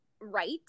right